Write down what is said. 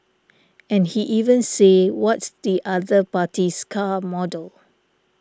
and he can even say what's the other party's car model